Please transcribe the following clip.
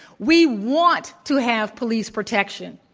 we want to have police protection.